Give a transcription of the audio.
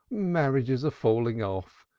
marriages are falling off.